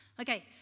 Okay